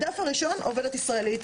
הדף הראשון,